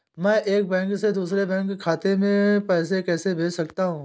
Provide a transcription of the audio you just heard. मैं एक बैंक से दूसरे बैंक खाते में पैसे कैसे भेज सकता हूँ?